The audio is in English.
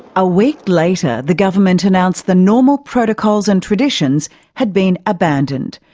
a week later the government announced the normal protocols and traditions had been abandoned,